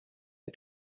the